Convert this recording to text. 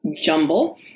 jumble